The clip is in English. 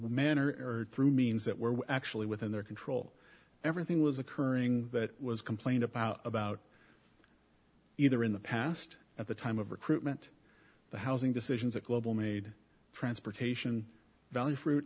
manner error through means that were actually within their control everything was occurring that was complained about about either in the past at the time of recruitment the housing decisions that global made transportation value fruit